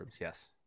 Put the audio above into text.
Yes